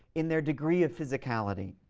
in their degree of physicality.